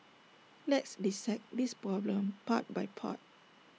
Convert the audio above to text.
let's dissect this problem part by part